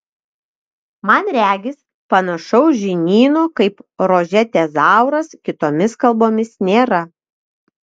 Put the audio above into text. man regis panašaus žinyno kaip rože tezauras kitomis kalbomis nėra